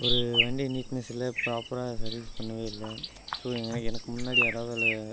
ஒரு வண்டி நீட்னஸ் இல்லை ப்ராப்பராக சர்வீஸ் பண்ணவே இல்லை ஸோ எங்கன எனக்கு முன்னாடி யாராவது ஒ ஆள்